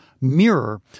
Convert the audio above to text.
mirror